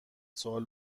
سوال